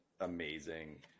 amazing